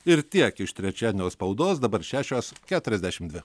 ir tiek iš trečiadienio spaudos dabar šešios keturiasdešimt dvi